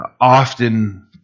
often